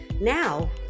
now